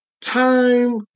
time